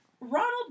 Ronald